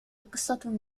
قصة